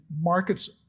markets